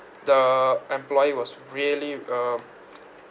the employee was really um